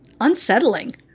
unsettling